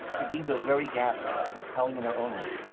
indeed, those very gaps will be telling in their own right,